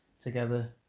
together